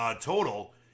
total